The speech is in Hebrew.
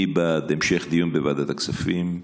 מי בעד המשך דיון בוועדת הכספים?